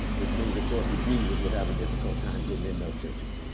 which means of course that jesus would have a difficult time getting in those churches.